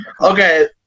Okay